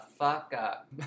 up